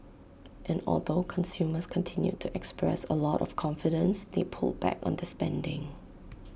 and although consumers continued to express A lot of confidence they pulled back on their spending